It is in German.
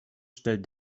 stellt